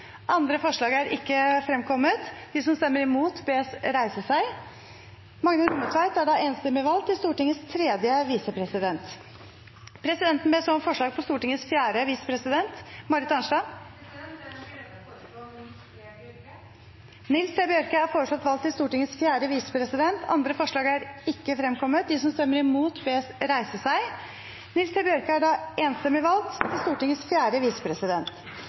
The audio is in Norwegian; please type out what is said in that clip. Andre forslag er ikke fremkommet. Presidenten ber så om forslag på Stortingets fjerde visepresident. Jeg har den glede å foreslå Nils T. Bjørke. Nils T. Bjørke er foreslått valgt til Stortingets fjerde visepresident. – Andre forslag er ikke fremkommet. Presidenten ber så om forslag på Stortingets femte visepresident. Eg har den gleda å føreslå Abid Q. Raja. Abid Q. Raja er da foreslått valgt til Stortingets femte visepresident.